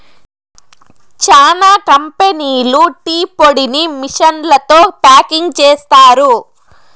చానా కంపెనీలు టీ పొడిని మిషన్లతో ప్యాకింగ్ చేస్తారు